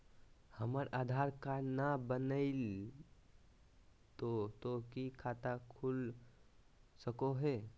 हमर आधार कार्ड न बनलै तो तो की खाता खुल सको है?